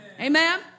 Amen